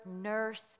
nurse